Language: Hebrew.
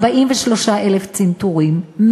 43,000 צנתורים,